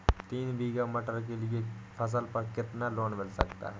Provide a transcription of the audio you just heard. तीन बीघा मटर के लिए फसल पर कितना लोन मिल सकता है?